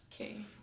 Okay